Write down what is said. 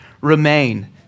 remain